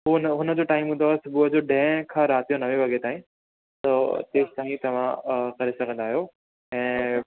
उहो हुन हुनजो टाईम हूंदो आहे सुबुह जो ॾहें खां राति जो नवे वॻे ताईं त जेंसि ताईं तव्हां करे सघंदा आहियो ऐं